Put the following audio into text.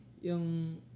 yung